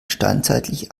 steinzeitlich